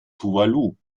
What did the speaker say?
tuvalu